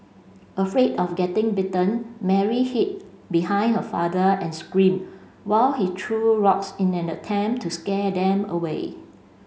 afraid of getting bitten Mary hid behind her father and screamed while he threw rocks in an attempt to scare them away